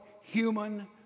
human